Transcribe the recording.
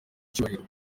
cyubahiro